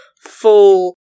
full